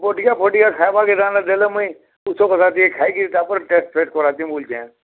ବଟିକା ଫଟିକା ଖାଏବାର୍କେ ତାହେଲେ ଦେଲେ ମୁଇଁ ଉଷୋକଷା ଟିକେ ଖାଇକିରି ତା'ର୍ପରେ ଟେଷ୍ଟ୍ ଫେଷ୍ଟ୍ କରାତି ମୁଇଁ ବୋଲୁଛେଁ